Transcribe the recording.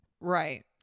Right